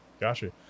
Gotcha